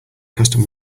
custom